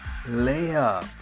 layup